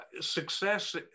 success